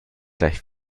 gleich